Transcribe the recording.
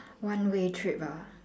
one way trip ah